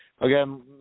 Again